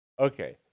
Okay